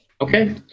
okay